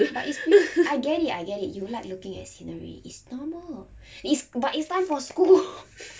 but it's pretty I get it I get it you like looking at scenery it's normal it's but it's time for school